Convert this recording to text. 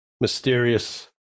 mysterious